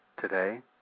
Today